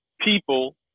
people